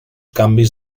canvis